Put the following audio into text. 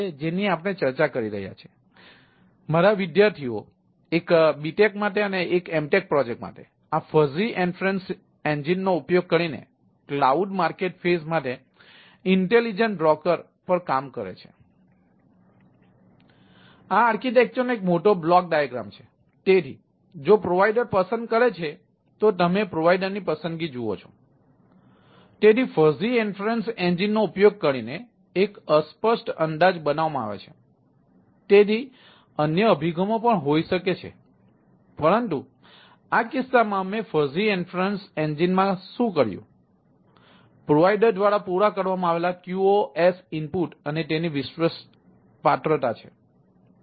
તેથી આ આર્કિટેક્ચર નો એક મોટો બ્લોક ડાયગ્રામ અને તેની વિશ્વાસપાત્રતા છે